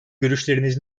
görüşleriniz